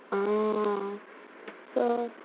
ah so